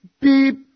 beep